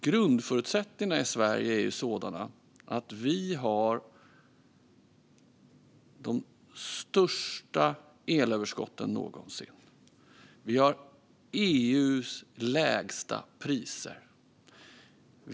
Grundförutsättningarna i Sverige är sådana att vi har de största elöverskotten någonsin och EU:s lägsta priser.